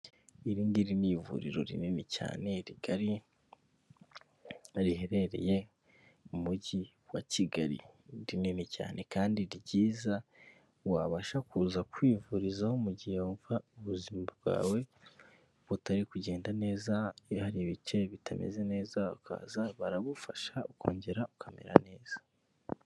Iri ngiri ni ivuriro rinini cyane rigari riherereye mu mujyi wa Kigali rinini cyane kandi ryiza, wabasha kuza kwivurizaho mu mu gihe wumva ubuzima bwawe butari kugenda neza, iiyo hari ibice bitameze neza, ukaza baragufasha ukongera ukamera neza.